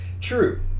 true